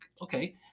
okay